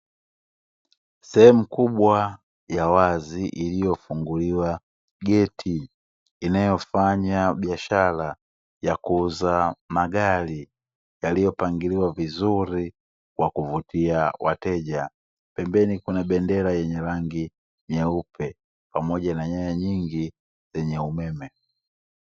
Sehemu kubwa ya wazi iliyofunguliwa geti, inayofanya biashara ya kuuza magari, yaliyopangiliwa vizuri kwa kuvutia wateja. Pembeni kuna bendera yenye rangi nyeupe, pamoja na nyaya nyingi zenye umeme.